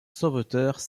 sauveteurs